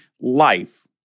life